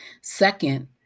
Second